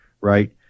right